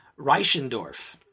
Reichendorf